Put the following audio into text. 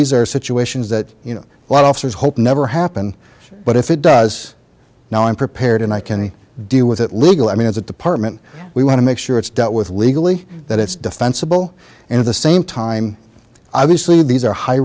these are situations that you know what offers hope never happen but if it does now i'm prepared and i can deal with it legal i mean as a department we want to make sure it's dealt with legally that it's defensible in the same time obviously these are high